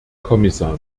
kommissar